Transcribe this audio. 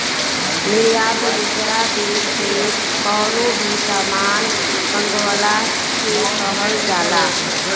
निर्यात दूसरा देस से कवनो भी सामान मंगवला के कहल जाला